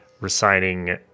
reciting